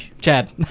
Chad